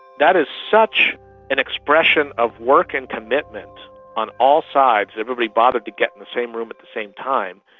that is such an expression of work and commitment on all sides, that everybody bothered to get in the same room at the same time,